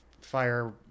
fire